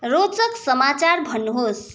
रोचक समाचार भन्नुहोस्